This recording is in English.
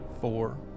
four